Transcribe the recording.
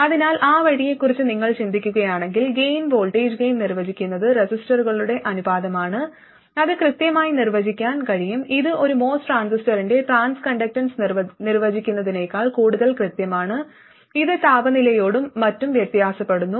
അതിനാൽ ആ വഴിയെക്കുറിച്ച് നിങ്ങൾ ചിന്തിക്കുകയാണെങ്കിൽ ഗൈൻ വോൾട്ടേജ് ഗൈൻ നിർവചിക്കുന്നത് റെസിസ്റ്ററുകളുടെ അനുപാതമാണ് അത് കൃത്യമായി നിർവചിക്കാൻ കഴിയും ഇത് ഒരു MOS ട്രാൻസിസ്റ്ററിന്റെ ട്രാൻസ് കണ്ടക്ടൻസ് നിർവചിക്കുന്നതിനേക്കാൾ കൂടുതൽ കൃത്യമാണ് ഇത് താപനിലയോടും മറ്റും വ്യത്യാസപ്പെടുന്നു